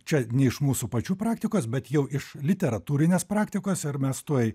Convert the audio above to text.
čia ne iš mūsų pačių praktikos bet jau iš literatūrinės praktikos ir mes tuoj